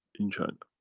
in china.